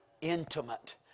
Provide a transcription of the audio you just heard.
intimate